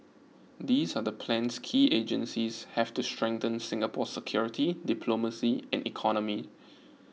these are the plans key agencies have to strengthen Singapore's security diplomacy and economy